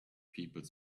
people